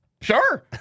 Sure